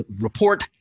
Report